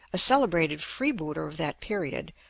a celebrated freebooter of that period,